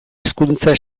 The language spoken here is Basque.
hezkuntza